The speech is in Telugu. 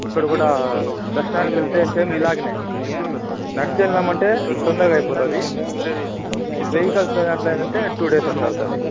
అక్కడ కూడా రెస్టారెంట్కి వెళ్తే సేమ్ ఇలాగనే నడిచెల్నామంటే తొందరగా అయిపోతుంది వెహికల్స్ దాంట్లో ఏంటంటే టు డేస్ అట్లా అవుతుంది